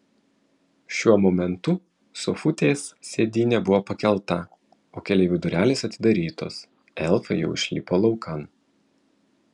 šiuo momentu sofutės sėdynė buvo pakelta o keleivių durelės atidarytos elfai jau išlipo laukan